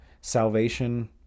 Salvation